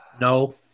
No